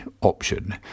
option